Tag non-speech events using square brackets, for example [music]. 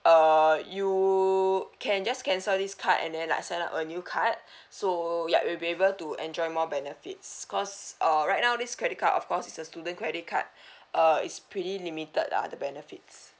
uh you can just cancel this card and then like sign up a new card [breath] so ya you'll be able to enjoy more benefits cause uh right now this credit card of course is a student credit card [breath] uh is pretty limited lah the benefits